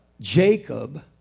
Jacob